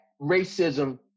racism